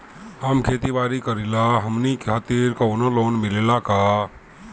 हम खेती बारी करिला हमनि खातिर कउनो लोन मिले ला का?